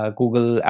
google